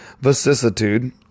vicissitude